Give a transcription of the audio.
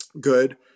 good